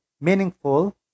meaningful